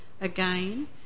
Again